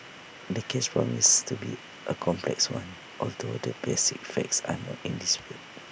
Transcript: the case promises to be A complex one although the basic facts are not in dispute